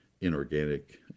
inorganic